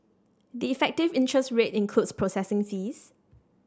the effective interest rate includes processing fees